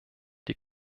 die